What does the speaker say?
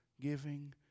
giving